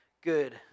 good